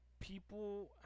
people